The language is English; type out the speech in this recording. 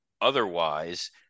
otherwise